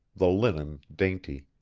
the linen dainty,